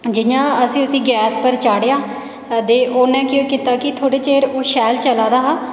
जि'यां असें उसी गैस पर चाढ़ेआ ते उन्नै केह् कीता कि थोह्ड़े चेर ओह् शैल चला दा हा